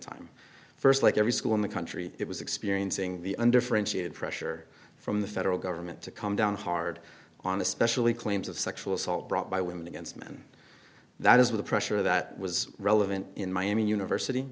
time st like every school in the country it was experiencing the under french pressure from the federal government to come down hard on especially claims of sexual assault brought by women against men that is were the pressure that was relevant in miami university